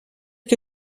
que